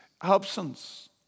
absence